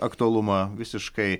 aktualumą visiškai